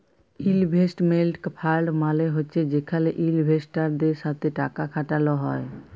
investment fund মালে হছে যেখালে ইলভেস্টারদের সাথে টাকা খাটাল হ্যয়